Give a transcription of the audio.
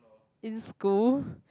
in school